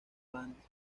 fanes